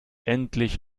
endlich